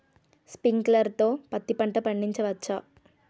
Sprinkler తో పత్తి పంట పండించవచ్చా?